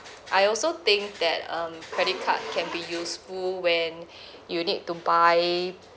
I also think that um credit card can be useful when you need to buy